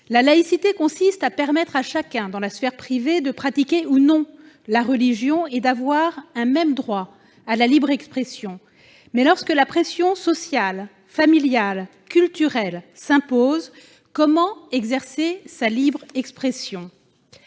La laïcité consiste à permettre à chacun, dans la sphère privée, de pratiquer ou non la religion et d'avoir un même droit à la libre expression, mais lorsque la pression sociale, familiale, culturelle s'impose, comment s'exprimer librement ?